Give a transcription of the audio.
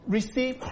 receive